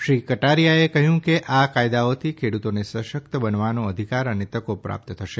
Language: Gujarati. શ્રી કટારીયાએ કહ્યું કે આ કાયદાઓથી ખેડૂતોને સશક્ત બનાવવાનો અધિકાર અને તકો પ્રાપ્ત થશે